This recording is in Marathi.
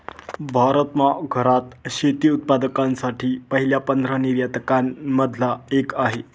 भारत जगात घरात शेती उत्पादकांसाठी पहिल्या पंधरा निर्यातकां न मधला एक आहे